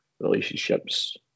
relationships